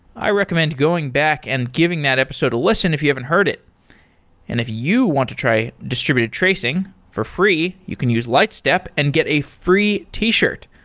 i recommend going back and giving that episode a listen if you haven't heard it and if you want to try distributed tracing for free, you can use lightstep and get a free t-shirt.